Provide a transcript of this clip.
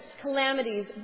calamities